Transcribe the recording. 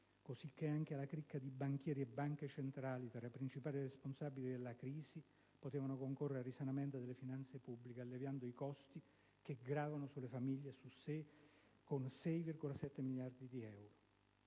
cosicché anche la cricca di banchieri e banche centrali, tra i principali responsabili della crisi, poteva concorrere al risanamento delle finanze pubbliche alleviando i costi che gravano sulle famiglie, per una cifra pari a 6,7 miliardi di euro.